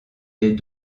des